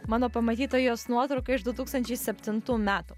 mano pamatyta jos nuotrauka iš du tūkstančiai septintų metų